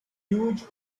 huge